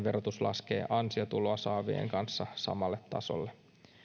verotus laskee ansiotuloa saavien kanssa samalle tasolle